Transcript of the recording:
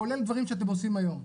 כולל דברים שאתם עושים היום.